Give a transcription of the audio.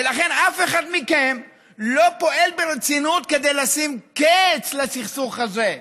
ולכן אף אחד מכם לא פועל ברצינות כדי לשים קץ לסכסוך הזה.